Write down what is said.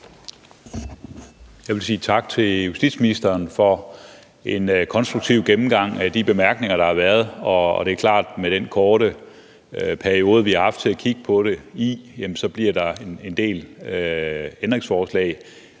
tak til justitsministeren for en konstruktiv gennemgang af de bemærkninger, der har været. Det er klart, at med den korte periode, vi har haft til at kigge på det i, bliver der en del ændringsforslag